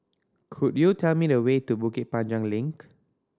could you tell me the way to Bukit Panjang Link